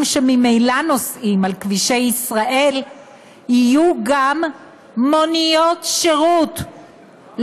שממילא נוסעים על כבישי ישראל יהיו גם מוניות שירות,